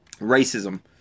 racism